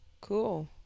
Cool